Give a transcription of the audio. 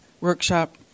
workshop